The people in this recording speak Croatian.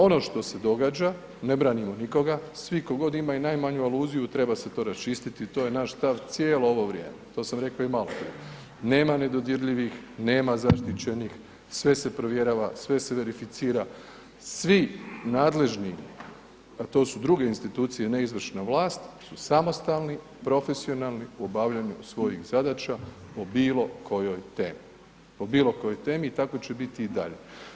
Ono što se događa, ne branimo nikoga, svi tko god ima i najmanju aluziju treba se to raščistiti, to je naš stav cijelo vrijeme, to sam rekao i maloprije, nema nedodirljivih, nema zaštićenih, sve se provjerava, sve se verificira, svi nadležni a to su druge institucije, ne izvršna vlast su samostalni, profesionalni u obavljanju svojih zadaća o bilokojoj temi, o bilokojoj temi i tako će biti i dalje.